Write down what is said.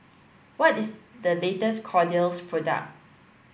what is the latest Kordel's product